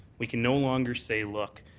we can no longer say, look,